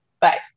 Bye